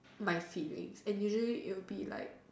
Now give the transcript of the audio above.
my feelings and usually it will be like